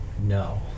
No